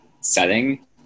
setting